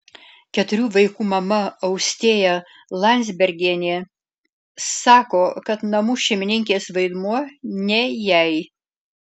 keturių vaikų mama austėja landzbergienė sako kad namų šeimininkės vaidmuo ne jai